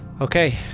Okay